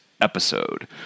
episode